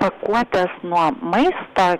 pakuotės nuo maisto